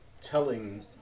telling